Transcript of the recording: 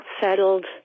settled